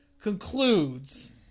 concludes